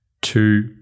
two